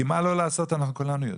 כי מה לא לעשות אנחנו כולנו יודעים.